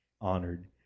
honored